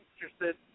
interested